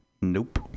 Nope